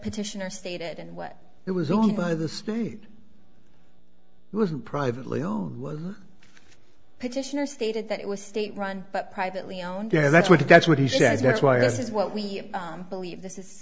petitioner stated and what it was owned by the state was privately owned petitioner stated that it was state run but privately owned that's what that's what he says that's why this is what we believe this is